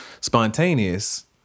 spontaneous